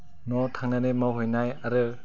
न'आव थांनानै मावहैनाय आरो